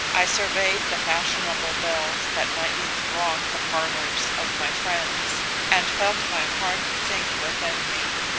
i surveyed the fashionable belles that nightly thronged the parlors of my friends and felt my heart sink within me.